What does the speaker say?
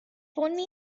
phone